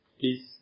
Please